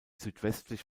südwestlich